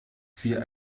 für